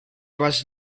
was